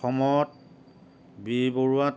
অসমত বি বৰুৱাত